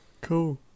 Cool